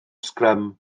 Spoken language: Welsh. sgrym